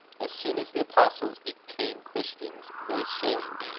as soon as the apostles became christians, they shaved.